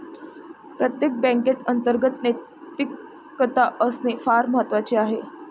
प्रत्येक बँकेत अंतर्गत नैतिकता असणे फार महत्वाचे आहे